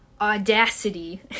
audacity